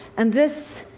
and this,